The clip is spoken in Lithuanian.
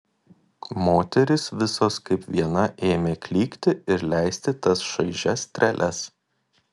moterys visos kaip viena ėmė klykti ir leisti tas šaižias treles